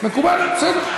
מקובל, בסדר.